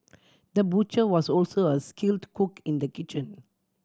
the butcher was also a skilled cook in the kitchen